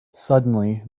suddenly